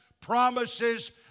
promises